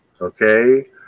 okay